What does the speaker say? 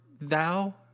thou